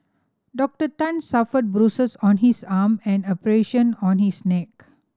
Doctor Tan suffered bruises on his arm and abrasion on his neck